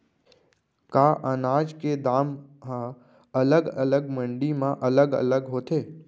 का अनाज के दाम हा अलग अलग मंडी म अलग अलग होथे?